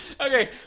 Okay